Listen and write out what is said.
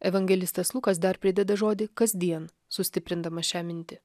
evangelistas lukas dar prideda žodį kasdien sustiprindamas šią mintį